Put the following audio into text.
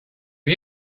you